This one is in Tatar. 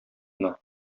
гөнаһ